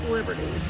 Liberty